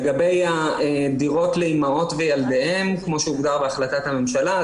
לגבי הדירות לאימהות וילדיהן כמו שהוגדר בהחלטת הממשלה.